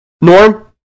Norm